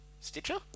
Stitcher